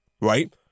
right